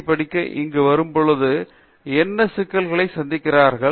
D படிக்க இங்கு வரும்பொழுது என்ன சிக்கல்களை சந்திக்கிறார்கள்